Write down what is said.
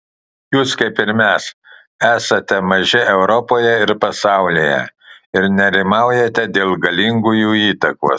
jūs kaip ir mes esate maži europoje ir pasaulyje ir nerimaujate dėl galingųjų įtakos